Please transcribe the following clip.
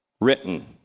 written